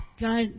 God